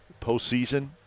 postseason